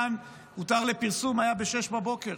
פעם "הותר לפרסום" היה ב-6:00,